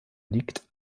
liegt